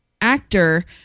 actor